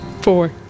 four